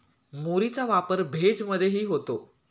मुरीचा वापर भेज मधेही होतो